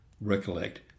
Recollect